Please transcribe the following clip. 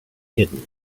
hidden